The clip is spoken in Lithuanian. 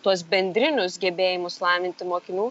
tuos bendrinius gebėjimus lavinti mokinių